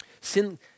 sin